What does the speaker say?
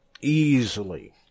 Easily